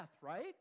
right